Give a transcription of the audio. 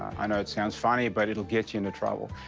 i know it sounds funny but it will get you into trouble.